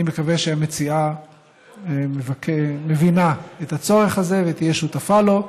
אני מקווה שהמציעה מבינה את הצורך הזה ותהיה שותפה לו,